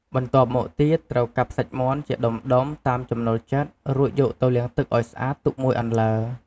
បន្ទាប់មកទៀតត្រូវកាប់សាច់មាន់ជាដុំៗតាមចំណូលចិត្ត រួចយកទៅលាងទឹកឱ្យស្អាតទុកមួយអន្លើ។